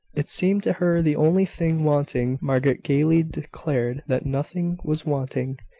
it seemed to her the only thing wanting. margaret gaily declared that nothing was wanting.